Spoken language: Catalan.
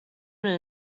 una